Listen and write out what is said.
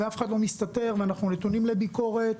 אף אחד לא מסתתר ואנחנו נתונים לביקורת,